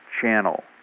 channel